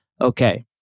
okay